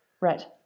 Right